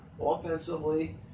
Offensively